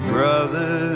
Brother